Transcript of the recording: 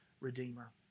redeemer